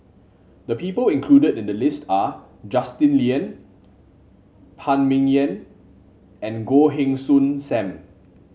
the people included in the list are Justin Lean Phan Ming Yen and Goh Heng Soon Sam